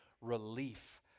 relief